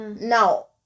now